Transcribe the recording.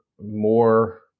more